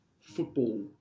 football